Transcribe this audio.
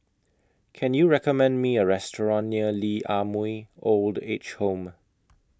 Can YOU recommend Me A Restaurant near Lee Ah Mooi Old Age Home